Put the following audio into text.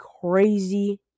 crazy